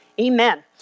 Amen